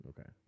Okay